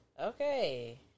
Okay